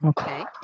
Okay